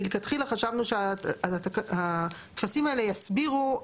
מלכתחילה חשבנו שהטפסים האלה יסבירו,